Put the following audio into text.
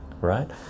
right